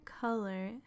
color